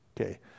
Okay